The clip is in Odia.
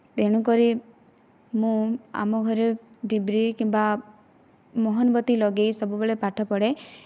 ତେଣୁକରି ମୁଁ ଆମଘରେ ଡିବିରି କିମ୍ବା ମହମବତୀ ଲଗାଇ ସବୁବେଳେ ପାଠପଢ଼େ